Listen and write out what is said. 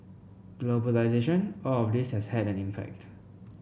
globalisation all of this has had an impact